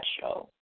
show